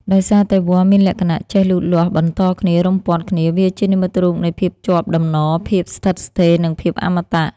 ដោយសារតែវល្លិ៍មានលក្ខណៈចេះលូតលាស់បន្តគ្នា រុំព័ទ្ធគ្នា វាជានិមិត្តរូបនៃ ភាពជាប់តំណ ភាពស្ថិតស្ថេរ និងភាពអមតៈ។